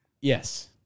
Yes